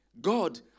God